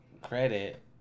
credit